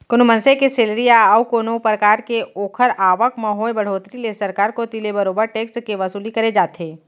कोनो मनसे के सेलरी या अउ कोनो परकार के ओखर आवक म होय बड़होत्तरी ले सरकार कोती ले बरोबर टेक्स के वसूली करे जाथे